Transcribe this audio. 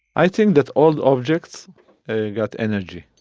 i think that all objects got energy